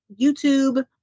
YouTube